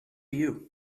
you